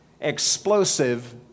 explosive